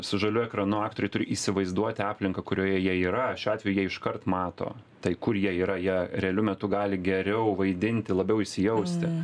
su žaliu ekranu aktoriai turi įsivaizduoti aplinką kurioje jie yra šiuo atveju jie iškart mato tai kur jie yra jie realiu metu gali geriau vaidinti labiau įsijausti